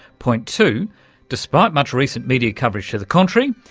point two despite much recent media coverage to the contrary,